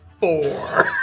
four